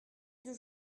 deux